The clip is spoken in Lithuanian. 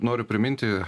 noriu priminti